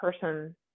person